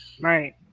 Right